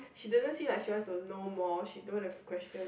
she doesn't seem like she wants to know more she don't want to question